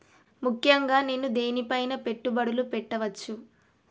ముఖ్యంగా నేను దేని పైనా పెట్టుబడులు పెట్టవచ్చు?